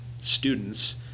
students